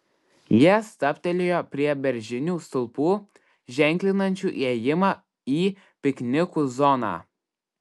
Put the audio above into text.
jie stabtelėjo prie beržinių stulpų ženklinančių įėjimą į piknikų zoną